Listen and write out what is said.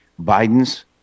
Bidens